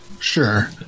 Sure